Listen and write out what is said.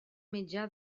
mitjà